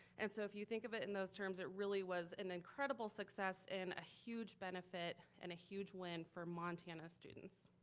and so if you think of it in those terms, it really was an incredible success and a huge benefit and a huge win for montana students.